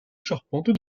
charpente